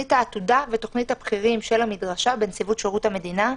תוכנית העתודה ותוכנית הבכירים של המדרשה בנציבות שירות המדינה.